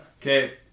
Okay